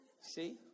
See